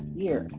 year